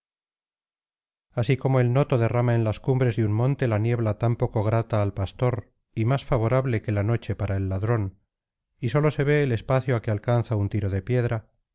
así como el noto derrama en las cumbres de un monte la niebla tan poco grata al pastor y más favorable que la noche para el ladrón y sólo se ve el espacio á que alcanza un tiro de piedra